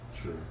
Sure